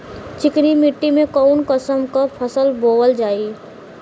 चिकनी मिट्टी में कऊन कसमक फसल बोवल जाई?